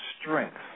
strength